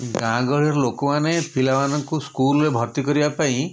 ଗାଁ ଗହଳିର ଲୋକମାନେ ପିଲାମାନଙ୍କୁ ସ୍କୁଲ୍ରେ ଭର୍ତ୍ତି କରିବାପାଇଁ